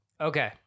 Okay